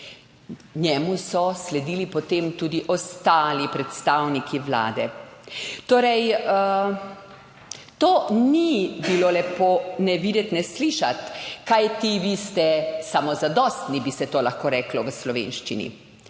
Njemu so sledili potem tudi ostali predstavniki vlade. Torej, to ni bilo lepo ne videti ne slišati, kajti vi ste samozadostni, bi se to lahko reklo v slovenščini.